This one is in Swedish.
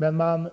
Men